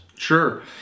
Sure